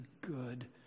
good